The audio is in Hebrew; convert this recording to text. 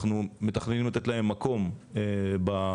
אנחנו מתכננים לתת להן מקום בהילולה.